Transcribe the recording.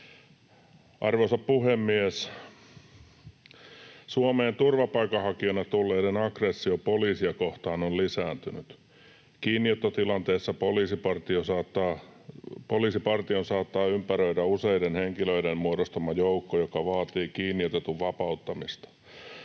Arvoisa puhemies! Suomeen turvapaikanhakijoina tulleiden aggressio poliisia kohtaan on lisääntynyt. Kiinniottotilanteessa poliisipartion saattaa ympäröidä useiden henkilöiden muodostama joukko, joka vaatii kiinniotetun vapauttamista.